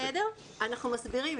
אנחנו מסבירים.